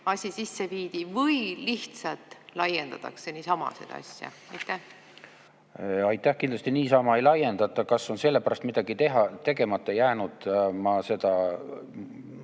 asi sisse viidi, või lihtsalt laiendatakse niisama seda asja? Aitäh! Kindlasti niisama ei laiendata. Kas on sellepärast midagi tegemata jäänud, ma seda,